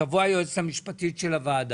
תבוא היועצת המשפטית של הוועדה,